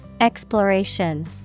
Exploration